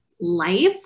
life